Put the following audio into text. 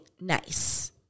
nice